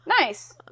Nice